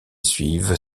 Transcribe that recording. suivent